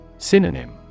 Synonym